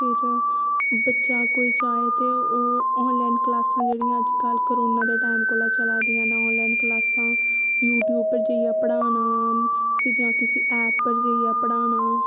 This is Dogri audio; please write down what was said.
फिर बच्चा कोई चाहे ते ओह् आन लाईन कलांसां जेह्ड़ियां करोनां दे टाईम कोला चला दियां नै ऑन लाईन कलांसां यूटयूव पर जाईयै पढ़ाना फ्ही जां किसी ऐप पर जाईयै पढ़ाना